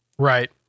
Right